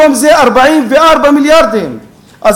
היום זה 44 מיליארדים.